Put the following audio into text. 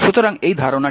সুতরাং এই ধারণাটি